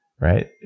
Right